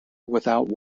without